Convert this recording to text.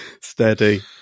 Steady